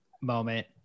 moment